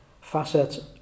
facet